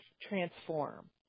transform